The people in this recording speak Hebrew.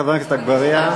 חבר הכנסת אגבאריה,